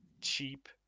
cheap